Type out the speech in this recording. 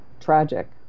Tragic